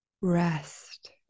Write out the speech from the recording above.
rest